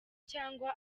cyangwa